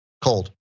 cold